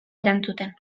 erantzuten